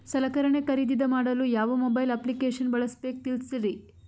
ಸಲಕರಣೆ ಖರದಿದ ಮಾಡಲು ಯಾವ ಮೊಬೈಲ್ ಅಪ್ಲಿಕೇಶನ್ ಬಳಸಬೇಕ ತಿಲ್ಸರಿ?